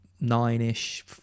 nine-ish